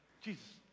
Jesus